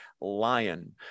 lion